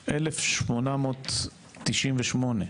ב-1898,